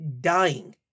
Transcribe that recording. dying